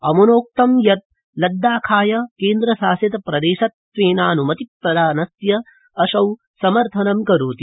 अम्नोक्त यत् लद्दाखाय केन्द्र शासित प्रदेशत्वेनान्मति प्रदानस्य असौ समर्थन करोति